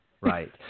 Right